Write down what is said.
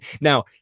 Now